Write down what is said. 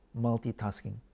multitasking